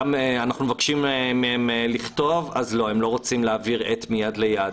אנחנו מבקשים מהם לכתוב אז הם לא רוצים להעביר עט מיד ליד.